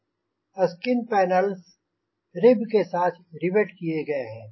skin panels rib के साथ rivet किए गए हैं